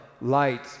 light